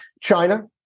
China